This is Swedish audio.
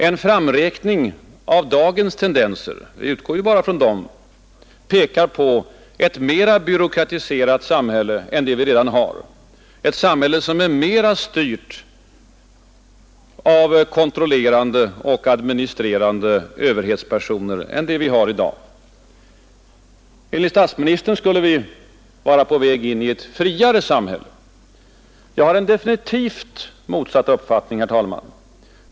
En framräkning av dagens tendenser — jag utgår ju bara från dem — pekar på ett mera byråkratiserat samhälle än det vi redan har i dag, ett samhälle mera styrt av kontrollerande och administrerande överhetspersoner än det vi har i dag. Enligt statsministern skulle vi vara på väg in i ett friare samhälle. Jag har en definitivt motsatt uppfattning, herr talman.